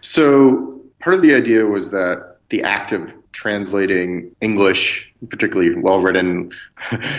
so part of the idea was that the act of translating english, particularly and well-written